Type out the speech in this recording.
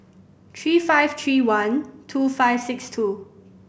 three five three one two five six two